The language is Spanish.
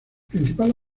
principal